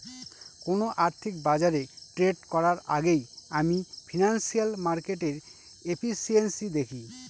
কোন আর্থিক বাজারে ট্রেড করার আগেই আমি ফিনান্সিয়াল মার্কেটের এফিসিয়েন্সি দেখি